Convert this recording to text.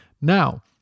Now